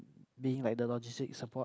being like the logistics support